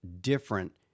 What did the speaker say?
different